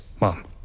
Mom